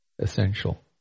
essential